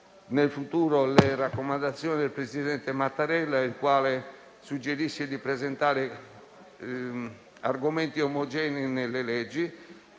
in futuro le raccomandazioni del presidente Mattarella, il quale suggerisce di presentare argomenti omogenei nel corso